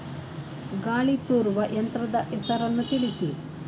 ಗಾಳಿ ತೂರುವ ಯಂತ್ರದ ಹೆಸರನ್ನು ತಿಳಿಸಿ?